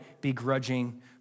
begrudging